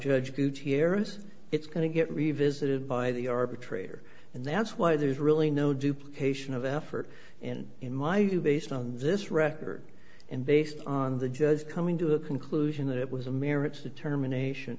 errors it's going to get revisited by the arbitrator and that's why there's really no duplication of effort and in my view based on this record and based on the judge coming to a conclusion that it was a merits determination